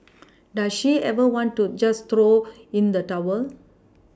does she ever want to just throw in the towel